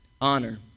Honor